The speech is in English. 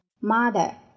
Mother